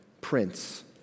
Prince